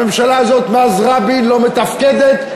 הממשלה כאן מאז רבין לא מתפקדת,